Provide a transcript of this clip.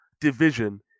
division